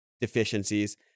deficiencies